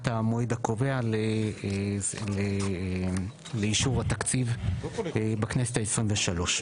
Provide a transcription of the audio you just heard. המועד הקובע לאישור התקציב בכנסת ה-23.